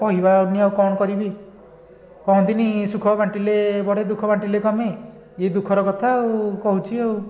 କହିବାନି ଆଉ କ'ଣ କରିବି କହନ୍ତିନି ସୁଖ ବାଣ୍ଟିଲେ ବଢ଼େ ଦୁଃଖ ବାଣ୍ଟିଲେ କମେ ଇଏ ଦୁଃଖର କଥା ଆଉ କହୁଛି ଆଉ